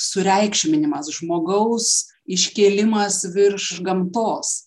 sureikšminimas žmogaus iškėlimas virš gamtos